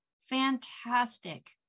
fantastic